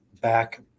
back